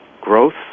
growth